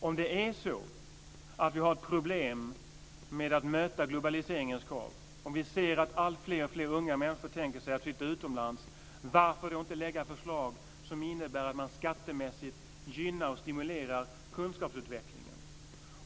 Om det är så att vi har problem med att möta globaliseringens krav, och om vi ser att alltfler unga människor tänker sig att flytta utomlands - varför då inte lägga fram förslag som innebär att man skattemässigt gynnar och stimulerar kunskapsutvecklingen?